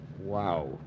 Wow